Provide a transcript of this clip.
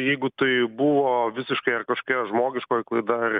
jeigu tai buvo visiškai ar kašokia žmogiškoji klaida ar